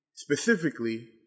Specifically